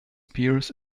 pears